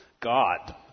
god